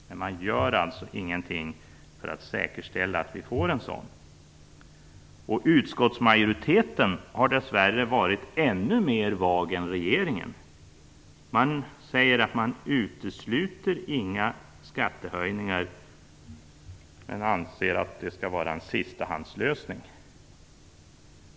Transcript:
Men man gör alltså ingenting för att säkerställa att vi får en sådan. Utskottsmajoriteten har dess värre varit ännu mer vag än regeringen. Man säger sig inte utesluta några skattehöjningar, men man anser att de skall vara en "sistahandslösning".